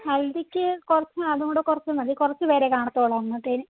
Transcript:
ഹൽദിക്ക് കുറച്ച് അതും കൂടെ കുറച്ച് മതി കുറച്ച് പേരെ കാണത്തുള്ളൂ അന്നത്തേതിന്